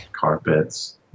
carpets